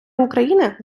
україни